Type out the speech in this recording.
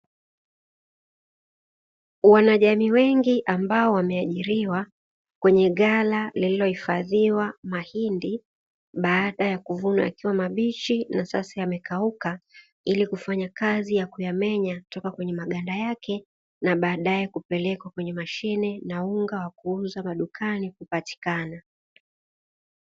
Wanajamii wengi ambao wameajiriwa kwenye ghala lililohifadhiwa mahindi baada ya kuvuna akiwa mabichi na sasa yamekauka, ili kufanya kazi ya kuyamenya toka kwenye maganda yake na baadaye kupelekwa kwenye mashine na unga wa kuuza madukani kupatikana.